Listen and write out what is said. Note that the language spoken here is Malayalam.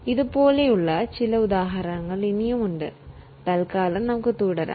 ഇതുപോലെയുള്ള മറ്റു ചില ഉദാഹരണങ്ങളും നമുക്ക് കാണാനാകും പക്ഷേ ഇപ്പോൾ നമുക്ക് മുന്നോട്ട് പോകാം